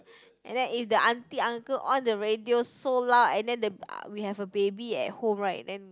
and if the aunty uncle on the radio so loud and then the we have baby at home right then